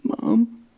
Mom